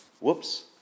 Whoops